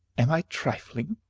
am i trifling?